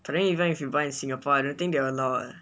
but then even if you buy in singapore I don't think they will allow what